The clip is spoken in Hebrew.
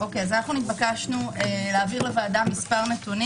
האופציה השנייה הייתה שהוא ייקרא "טיפש".